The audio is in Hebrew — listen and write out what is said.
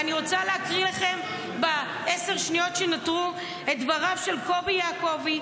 ואני רוצה להקריא לכם בעשר השניות שנותרו את דבריו של קובי יעקובי,